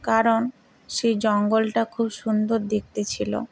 কারণ সে জঙ্গলটা খুব সুন্দর দেখতে ছিল